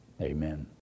Amen